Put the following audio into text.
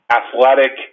athletic